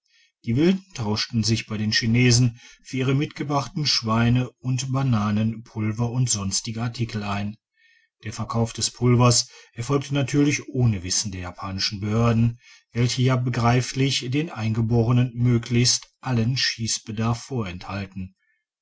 die wilden tauschten sich bei den chinesen für ihre mitgebrachten schweine und bananen pulver und sonstige artikel ein der verkauf des pulvers erfolgt natürlich ohne wissen der japanischen behörden welche wie ja begreiflich den eingeborenen möglichst allen schiessbedarf vorenthalten